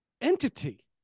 entity